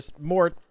more